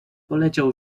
poleciał